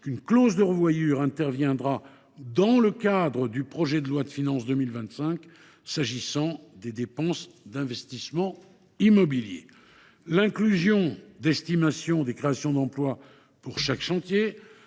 qu’« une clause de revoyure interviendra dans le cadre du projet de loi de finances pour 2025 s’agissant des dépenses d’investissement immobilier ». Nous procédons également des estimations des créations d’emplois pour chaque chantier,